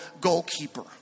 goalkeeper